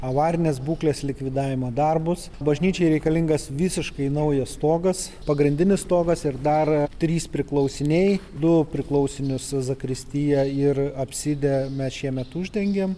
avarinės būklės likvidavimo darbus bažnyčiai reikalingas visiškai naujas stogas pagrindinis stogas ir dar trys priklausiniai du priklausinius zakristiją ir apsidę mes šiemet uždengėm